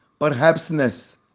perhapsness